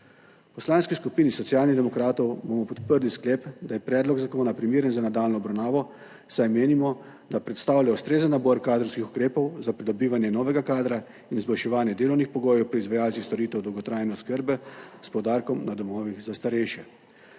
V Poslanski skupini Socialnih demokratov bomo podprli sklep, da je predlog zakona primeren za nadaljnjo obravnavo, saj menimo, da predstavlja ustrezen nabor kadrovskih ukrepov za pridobivanje novega kadra in izboljševanje delovnih pogojev pri izvajalcih storitev dolgotrajne oskrbe, s poudarkom na domovih za starejše.